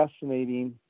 fascinating